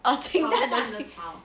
oh 清淡的清